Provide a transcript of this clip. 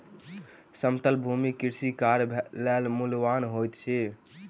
समतल भूमि कृषि कार्य लेल मूल्यवान होइत अछि